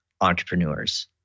entrepreneurs